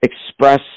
express